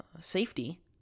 Safety